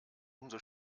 umso